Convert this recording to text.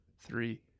three